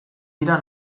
dira